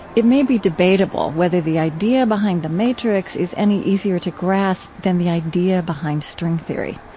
it may be debatable whether the idea behind the matrix is any easier to grasp than the idea behind string theory.